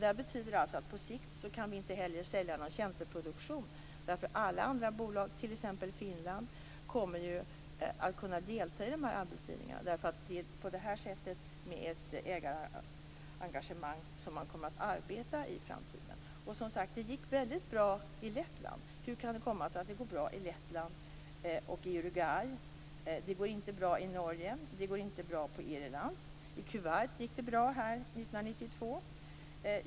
Det här betyder alltså att på sikt kan vi inte heller sälja någon tjänsteproduktion, därför att alla andra bolag, t.ex. i Finland, kommer att kunna delta i anbudsgivningarna. Det är på det här sättet, med ett ägarengagemang, som man kommer att arbeta i framtiden. Och som sagt: Det gick väldigt bra i Lettland. Hur kan det komma sig att det går bra i Lettland och i Uruguay samt i Kuwait 1992, men inte går bra i Norge eller på Irland?